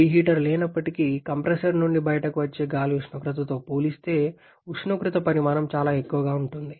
reheater లేనప్పటికీ compressor నుండి బయటకు వచ్చే గాలి ఉష్ణోగ్రతతో పోలిస్తే ఉష్ణోగ్రత పరిమాణం చాలా ఎక్కువగా ఉంటుంది